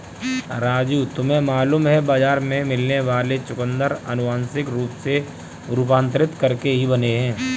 राजू तुम्हें मालूम है बाजार में मिलने वाले चुकंदर अनुवांशिक रूप से रूपांतरित करके ही बने हैं